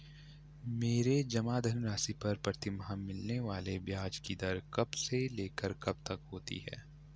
मेरे जमा धन राशि पर प्रतिमाह मिलने वाले ब्याज की दर कब से लेकर कब तक होती है?